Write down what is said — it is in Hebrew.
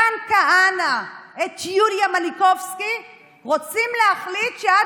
מתן כהנא את יוליה מלינובסקי רוצים להחליט ש כל